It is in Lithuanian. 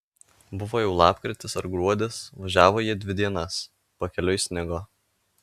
buvo jau lapkritis ar gruodis važiavo jie dvi dienas pakeliui snigo